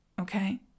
Okay